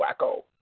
wacko